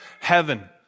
heaven